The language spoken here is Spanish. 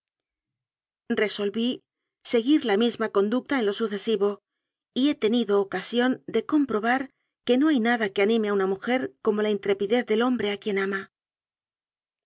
resolví seguir la misma conducta en lo suce sivo y he tenido ocasión de comprobar que no hay nada que anime a una mujer como la in trepidez del hombre a quien ama